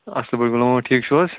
اَصٕل پٲٹھۍ غلام محمد ٹھیٖک چھُو حظ